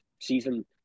season